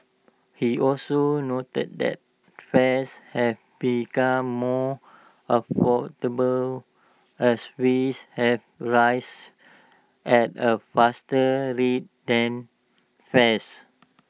he also noted that fares have become more affordable as wages have rise at A faster rate than fares